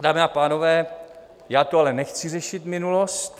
Dámy a pánové, já tu ale nechci řešit minulost .